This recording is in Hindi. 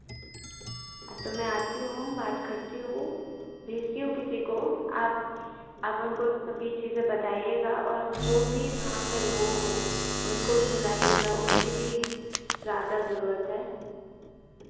हाँ तो मैं आती हूँ बात करती हूँ भेजती हूँ किसी को आप आप उनको सभी चीज़ें बताइएगा और जो भी वहाँ पे लोग हों उनको भी बुलाइएगा उनकी भी ज़्यादा जरूरत हैं